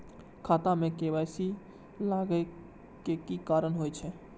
खाता मे के.वाई.सी लागै के कारण की होय छै?